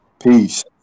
Peace